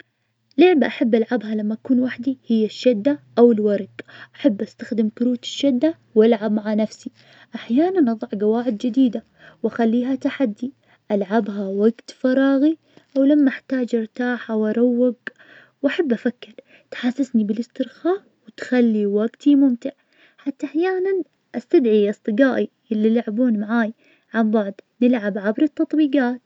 أحب اسمع الموسيقى الشعبية, خصوصاً الأغاني التي فيها نغمة حماسية, كل ما تعبر عن الحياة اليومية والمشاعر, بعد أحب أسمع بعض الألوان التقليدية, مثل الأغاني القديمة, لانها تحسسك بالحنين, تربطك بجذورك, وفي أوقات الهدوء, احب اسمع لموسيقى هادئة, أو كلاسيكية, لأنها تساعدني على الاسترخاء والروقان لأبعد حدود.